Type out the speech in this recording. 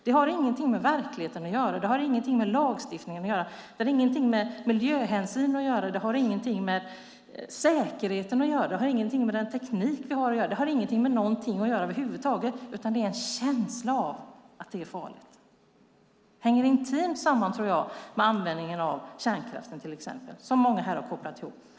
Det har ingenting med verkligheten att göra, det har ingenting med lagstiftningen att göra, det har ingenting med miljöhänsyn att göra, det har ingenting med säkerheten att göra, det har ingenting med tekniken att göra, och det har ingenting med någonting att göra över huvud taget, utan det är en känsla av att det är farligt. Jag tror att det hänger intimt samman med användningen av till exempel kärnkraften som många här har kopplat ihop.